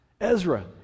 Ezra